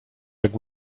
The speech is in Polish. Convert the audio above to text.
jak